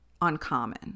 uncommon